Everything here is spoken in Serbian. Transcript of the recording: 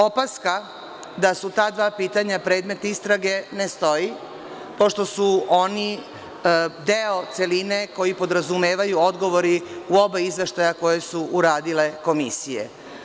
Opaska da su ta dva pitanja predmet istrage ne stoji, pošto su oni deo celine koje podrazumevaju odgovori u oba izveštaja koje su uradile komisije.